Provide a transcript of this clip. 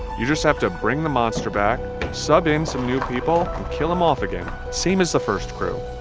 you just have to bring the monster back, sub in some new people and kill them off again, same as the first crew.